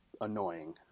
annoying